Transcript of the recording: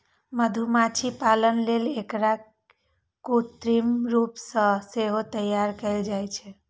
मधुमाछी पालन लेल एकरा कृत्रिम रूप सं सेहो तैयार कैल जाइ छै